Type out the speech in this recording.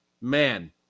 man